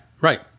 right